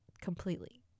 completely